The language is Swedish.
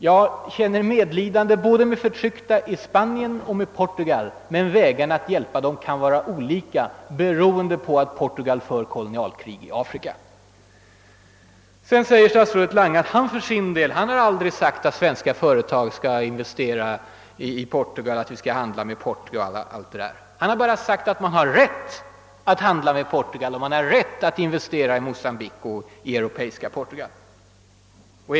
Jag känner medlidande med förtryckta både i Spanien och i Portugal. Men sättet att hjälpa dem kan vara olika beroende på att Portugal för kolonialkrig i Afrika. Statsrådet Lange säger att han för sin del aldrig har sagt att svenska företag skall investera i Portugal, att Sverige skall driva handel med Portugal 0. s. v. Herr Lange påstår att han bara har sagt att man har rätt att handla med Portugal och att man har rätt att investera i Mocambique och europeiska Portugal.